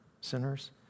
sinners